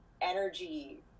energy